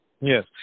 Yes